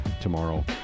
tomorrow